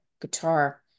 guitar